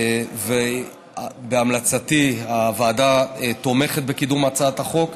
ובהמלצתי הוועדה תומכת בקידום הצעת החוק.